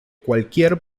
cualquier